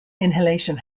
inhalation